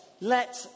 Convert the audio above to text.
let